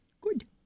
Good